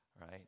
right